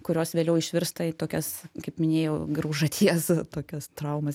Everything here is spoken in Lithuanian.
kurios vėliau išvirsta į tokias kaip minėjau graužaties tokias traumas